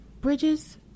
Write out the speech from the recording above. bridges